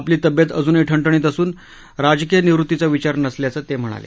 आपली तब्येत अजूनही ठणठणीत असून राजकीय निवृत्तीचा विचार नसल्याचं ते म्हणाले